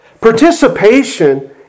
Participation